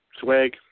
Swag